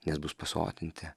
nes bus pasotinti